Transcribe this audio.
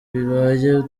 bibaye